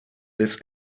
this